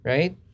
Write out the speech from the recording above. Right